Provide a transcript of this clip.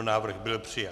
Návrh byl přijat.